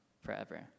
forever